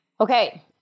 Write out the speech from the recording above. Okay